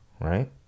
right